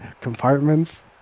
compartments